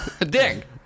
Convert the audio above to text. dick